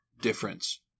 difference